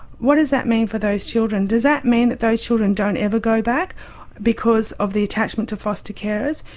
what does that mean for those children? does that mean that those children don't ever go back because of the attachment to foster carers,